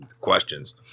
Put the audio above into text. questions